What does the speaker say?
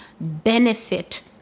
benefit